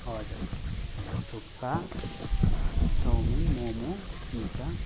हजुर thukpa chow mein momo pizza